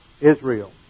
Israel